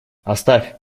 оставь